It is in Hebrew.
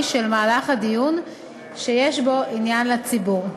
של מהלך דיון שיש בו עניין לציבור.